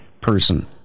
person